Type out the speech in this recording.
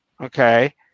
Okay